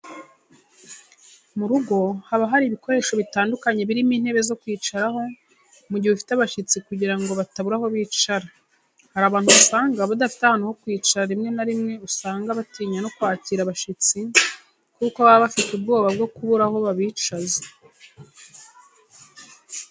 Mu rugo haba hari ibikoresho bitandukanye birimo intebe zo kwicaraho mu gihe ufite abashyitsi kugira ngo batabura aho bicara. Hari abantu usanga badafite ahantu ho kwicara rimwe na rimwe usanga batinya no kwakira abashyitsi kuko baba bafite ubwoba bwo kubura aho babicaza.